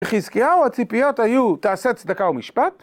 חזקיהו הציפיות היו תעשיית צדקה ומשפט?